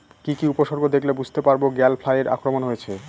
কি কি উপসর্গ দেখলে বুঝতে পারব গ্যাল ফ্লাইয়ের আক্রমণ হয়েছে?